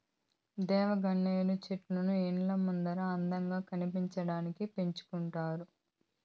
దేవగన్నేరు చెట్లను ఇండ్ల ముందర అందంగా కనిపించడానికి పెంచుకుంటారు